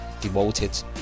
devoted